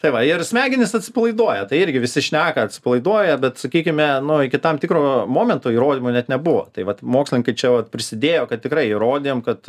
tai va ir smegenys atsipalaiduoja tai irgi visi šneka atsipalaiduoja bet sakykime nu iki tam tikro momento įrodymų net nebuvo tai vat mokslininkai čia vat prisidėjo kad tikrai įrodėm kad